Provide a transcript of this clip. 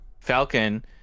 falcon